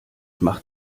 macht